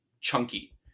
chunky